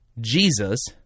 Jesus